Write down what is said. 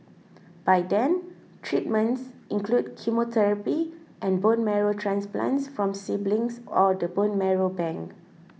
by then treatments include chemotherapy and bone marrow transplants from siblings or the bone marrow bank